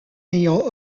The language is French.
ayant